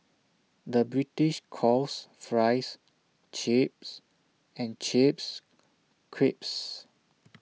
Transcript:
the British calls Fries Chips and Chips Crisps